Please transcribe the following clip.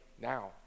now